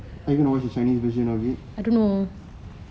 are you gonna watch the chinese version of it